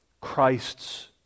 Christ's